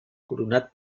coronat